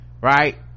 Right